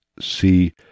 see